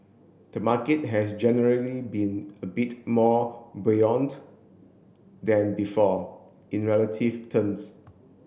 the market has generally been a bit more buoyant than before in relative terms